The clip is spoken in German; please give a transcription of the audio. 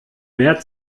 mehr